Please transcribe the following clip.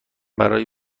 برای